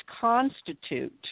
constitute